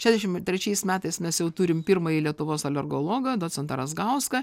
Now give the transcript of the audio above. šešiasdešimt trečiais metais mes jau turim pirmąjį lietuvos alergologą docentą razgauską